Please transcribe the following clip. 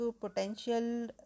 potential